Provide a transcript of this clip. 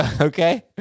Okay